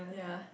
ya